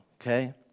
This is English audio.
Okay